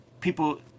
people